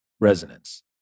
resonance